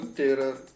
terror